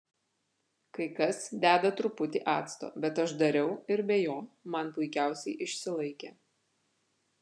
kai kas deda truputį acto bet aš dariau ir be jo man puikiausiai išsilaikė